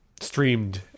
streamed